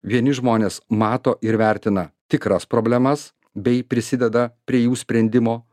vieni žmonės mato ir vertina tikras problemas bei prisideda prie jų sprendimo